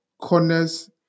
corners